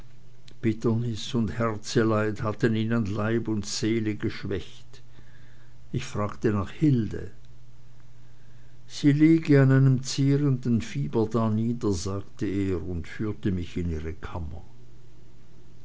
und herzeleid hatten ihn an leib und seele geschwächt ich fragte nach hilde sie liege an einem zehrenden fieber danieder sagte er und führte mich in ihre kammer